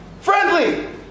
friendly